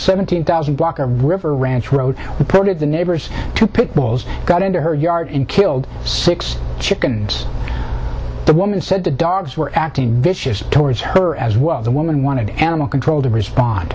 seventeen thousand block a river ranch road reported the neighbors to pick balls got into her yard and killed six chicken the woman said the dogs were acting vicious towards her as well the woman wanted animal control to respond